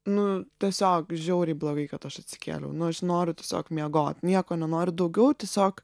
nu tiesiog žiauriai blogai kad aš atsikėliau nu aš noriu tiesiog miegot nieko nenoriu daugiau tiesiog